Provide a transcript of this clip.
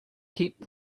keep